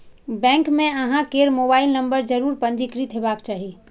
bank मे अहां केर मोबाइल नंबर जरूर पंजीकृत हेबाक चाही